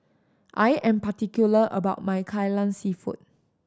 I am particular about my Kai Lan Seafood